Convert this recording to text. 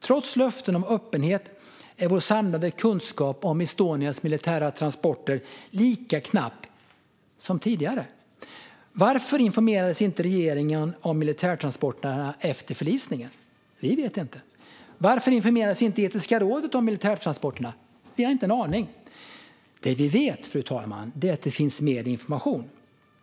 Trots löften om öppenhet är vår samlade kunskap om Estonias militära transporter lika knapp som tidigare. Varför informerades inte regeringen om militärtransporterna efter förlisningen? Vi vet inte. Varför informerades inte Etiska rådet om militärtransporterna? Vi har ingen aning. Vad vi vet, fru talman, är att det finns mer information.